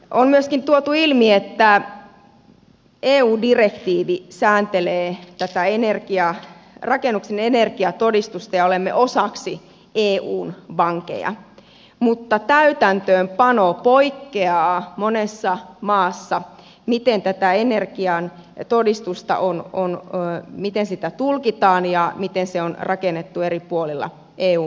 on myöskin tuotu ilmi että eu direktiivi sääntelee tätä rakennuksen energiatodistusta ja olemme osaksi eun vankeja mutta täytäntöönpano poikkeaa monessa maassa miten tätä energiaan ja todistusta on unohtaa miten energiatodistusta tulkitaan ja miten se on rakennettu eri puolilla eu maita